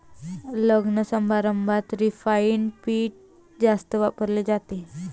लग्नसमारंभात रिफाइंड पीठ जास्त वापरले जाते